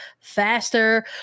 faster